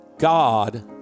God